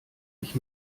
ich